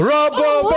Robo